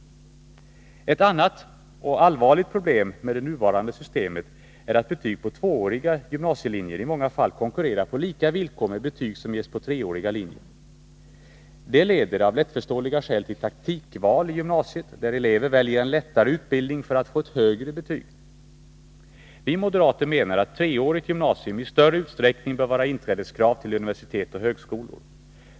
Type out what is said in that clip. Ett annat allvarligt problem med det nuvarande systemet är att betyg på tvååriga gymnasielinjer i många fall konkurrerar på lika villkor med betyg som ges på treåriga linjer. Det leder av lättförståeliga skäl till taktikval i gymnasiet, där elever väljer en lättare utbildning för att få ett högre betyg. Vi moderater menar att treårigt gymnasium i större utsträckning bör vara inträdeskrav till universitet och högskolor.